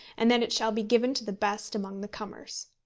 and that it shall be given to the best among the comers.